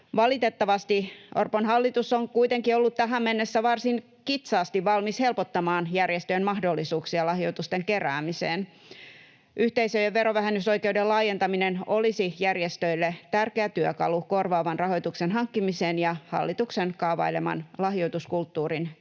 Valitettavasti Orpon hallitus on kuitenkin ollut tähän mennessä varsin kitsaasti valmis helpottamaan järjestöjen mahdollisuuksia lahjoitusten keräämiseen. Yhteisöjen verovähennysoikeuden laajentaminen olisi järjestöille tärkeä työkalu korvaavan rahoituksen hankkimiseen ja hallituksen kaavaileman lahjoituskulttuurin kehittämiseen.